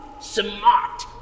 smart